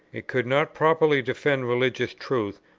it could not properly defend religious truth,